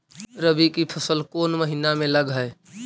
रबी की फसल कोन महिना में लग है?